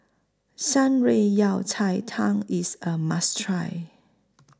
Shan Rui Yao Cai Tang IS A must Try